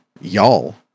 y'all